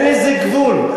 לזה גבול.